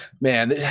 man